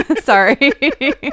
Sorry